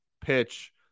pitch